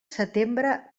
setembre